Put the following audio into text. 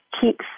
keeps